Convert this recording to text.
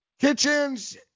Kitchens